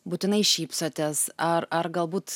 būtinai šypsotės ar ar galbūt